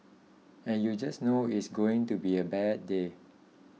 and you just know it's going to be a bad day